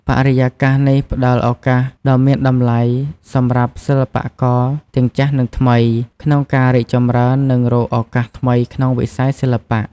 បរិយាកាសនេះផ្ដល់ឱកាសដ៏មានតម្លៃសម្រាប់សិល្បករទាំងចាស់និងថ្មី ក្នុងការរីកចម្រើន និងរកឱកាសថ្មីក្នុងវិស័យសិល្បៈ។